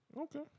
Okay